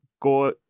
go